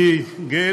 אני גאה,